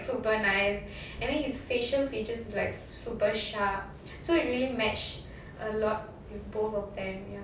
super nice and then his facial features is like super sharp so it really match a lot both of them